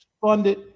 funded